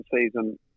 season